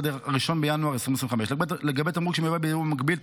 עד 1 בינואר 2025. לגבי תמרוק שמיובא ביבוא מקביל,